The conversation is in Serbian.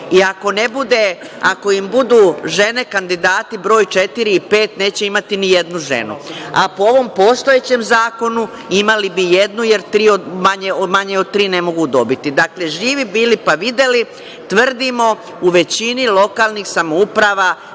im budu žene kandidati broj četiri i pet, neće imati ni jednu ženu, a po ovom postojećem zakonu, imali bi jednu, jer tri, manje od tri ne mogu dobiti. Dakle, živi bili, pa videli. Tvrdimo, u većini lokalnih samouprava